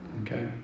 Okay